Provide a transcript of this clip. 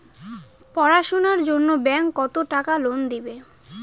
পড়াশুনার জন্যে ব্যাংক কত টাকা লোন দেয়?